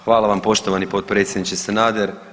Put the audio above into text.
Hvala vam poštovani potpredsjedniče Sanader.